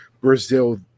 Brazil